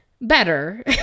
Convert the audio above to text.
Better